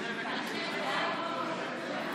47. אני קובע כי ההסתייגות לא התקבלה.